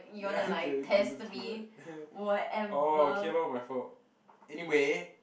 ya I need to need to look through it orh okay lor my fault anyway